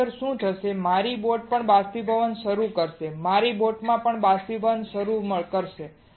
નહિંતર શું થશે મારી બોટ પણ બાષ્પીભવન શરૂ કરશે મારી બોટ પણ બાષ્પીભવન શરૂ કરશે